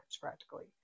practically